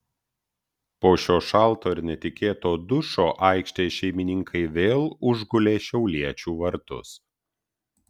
po šio šalto ir netikėto dušo aikštės šeimininkai vėl užgulė šiauliečių vartus